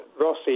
Rossi